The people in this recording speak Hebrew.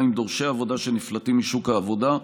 עם דורשי העבודה שנפלטים משוק העבודה.